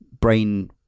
brain